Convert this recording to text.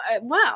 wow